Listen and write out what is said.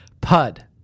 Pud